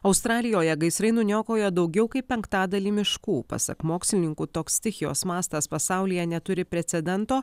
australijoje gaisrai nuniokojo daugiau kaip penktadalį miškų pasak mokslininkų toks stichijos mastas pasaulyje neturi precedento